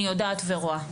אני יודעת ורואה.